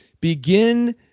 begin